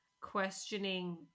questioning